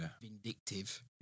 vindictive